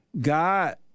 God